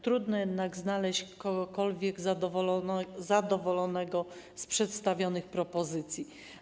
Trudno jednak znaleźć kogokolwiek zadowolonego z przedstawionych propozycji.